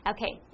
Okay